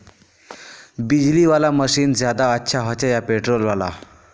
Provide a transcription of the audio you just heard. बिजली वाला मशीन ज्यादा अच्छा होचे या पेट्रोल वाला?